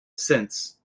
since